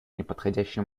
неподходящий